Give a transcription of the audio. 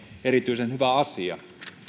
erityisen asia